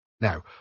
Now